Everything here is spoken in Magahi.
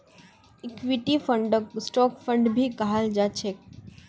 इक्विटी फंडक स्टॉक फंड भी कहाल जा छे